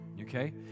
okay